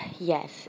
Yes